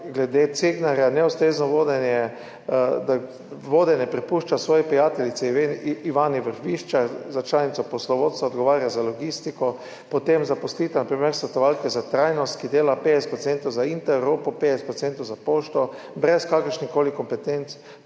glede Cegnarja, neustrezno vodenje, da vodenje prepušča svoji prijateljici Ivani Vrviščar, članici poslovodstva, ki odgovarja za logistiko, potem zaposlitev na primer svetovalke za trajnost, ki dela 50 % za Intereuropo, 50 % za Pošto, brez kakršnih koli kompetenc.